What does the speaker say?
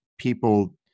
people